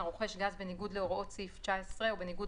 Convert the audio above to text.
הרוכש גז בניגוד להוראות סעיף 19 או בניגוד